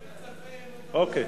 אוקיי.